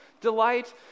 delight